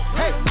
hey